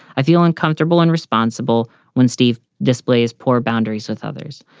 i feel uncomfortable and responsible when steve displays poor boundaries with others,